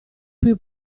più